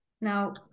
Now